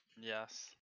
Yes